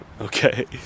okay